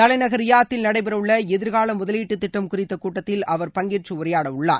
தலைநகர் ரியாத்தில் நடைபெறவுள்ள எதிர்கால முதலீட்டு திட்டம் குறித்த கூட்டத்தில் அவர் பங்கேற்று உரையாடவுள்ளார்